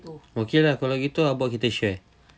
okay lah kalau gitu how about kita share